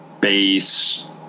base